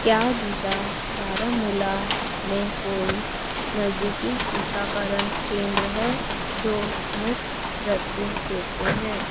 क्या ज़िला बारामूला में कोई नज़दीकी टीकाकरण केंद्र हैं जो मुफ़्त वैक्सीन देते हैं